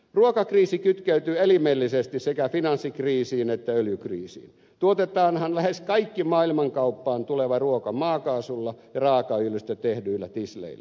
ruokakriisi kytkeytyy elimellisesti sekä finanssikriisiin että öljykriisiin tuotetaanhan lähes kaikki maailmankauppaan tuleva ruoka maakaasulla ja raakaöljystä tehdyillä tisleillä